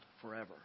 forever